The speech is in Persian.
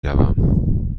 روم